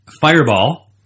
fireball